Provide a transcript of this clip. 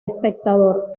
espectador